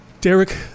Derek